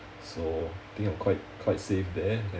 so think I'm quite quite safe there